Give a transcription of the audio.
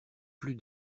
plus